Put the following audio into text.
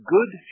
Good